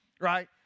right